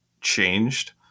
changed